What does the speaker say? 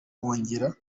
bongera